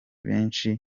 benshi